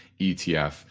ETF